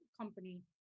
company